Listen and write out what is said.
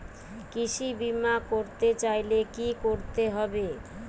কৃষি বিমা করতে চাইলে কি করতে হবে?